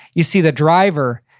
you see the driver,